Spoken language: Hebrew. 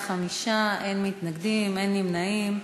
בעד, 5, אין מתנגדים, אין נמנעים.